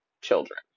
children